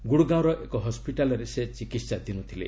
ଗୁଡ଼ଗାଓଁର ଏକ ହସ୍ୱିଟାଲ୍ରେ ସେ ଚିକିହାଧୀନ ଥିଲେ